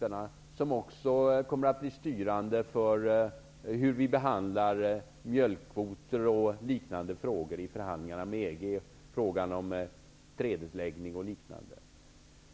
Dessa principer kommer också att bli styrande för hur vi behandlar frågan om mjölkkvoter, frågan om trädesläggning och liknande frågor i förhandlingarna med EG.